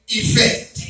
effect